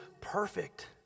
perfect